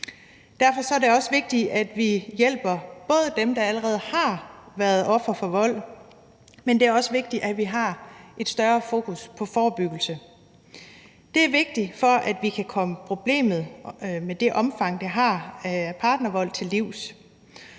Derfor er det vigtigt, at vi hjælper dem, der allerede har været ofre for vold, men det er også vigtigt, at vi har et større fokus på forebyggelse. Det er vigtigt, for at vi kan komme problemet med partnervold til livs